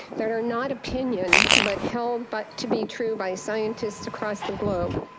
that are not opinion, but held but to be true by scientists across the globe.